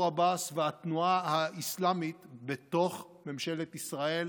עבאס והתנועה האסלאמית בתוך ממשלת ישראל,